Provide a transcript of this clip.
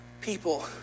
people